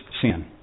sin